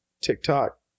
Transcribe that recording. TikTok